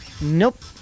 Nope